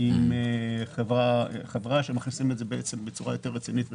עם חברה ומכניסים את זה בצורה יותר רצינית ונכונה,